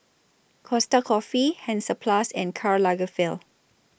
Costa Coffee Hansaplast and Karl Lagerfeld